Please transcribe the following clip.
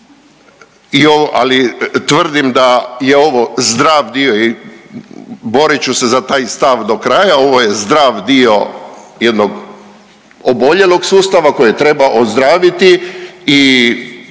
ali tvrdim da je ovo zdrav dio i borit ću se za taj stav do kraja, ovo je zdrav dio jednog oboljelog sustava koje treba ozdraviti i